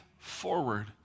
Forward